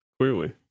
clearly